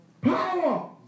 power